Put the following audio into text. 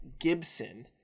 gibson